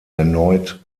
erneut